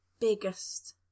biggest